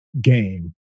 game